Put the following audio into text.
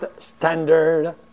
standard